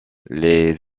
les